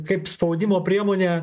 kaip spaudimo priemonę